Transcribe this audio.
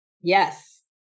Yes